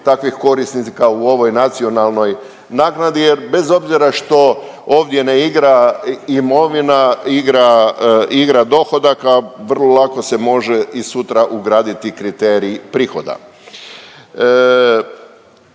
takvih korisnika u ovoj nacionalnoj naknadi jer bez obzira što ovdje ne igra imovina, igra dohodak, a vrlo lako se može i sutra ugraditi kriterij prihoda.